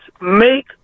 make